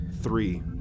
three